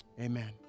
Amen